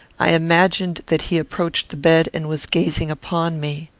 i imagined that he approached the bed, and was gazing upon me.